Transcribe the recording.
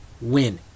win